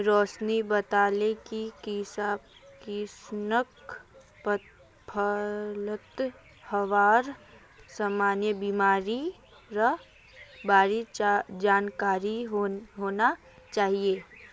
रोशिनी बताले कि किसानक फलत हबार सामान्य बीमारिर बार जानकारी होना चाहिए